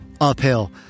uphill